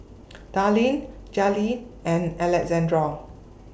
Darline Jaleel and Alexandro